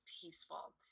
peaceful